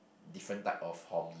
different type of hobby